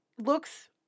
looks